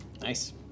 Nice